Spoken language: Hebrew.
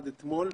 עד אתמול,